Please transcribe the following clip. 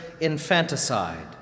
infanticide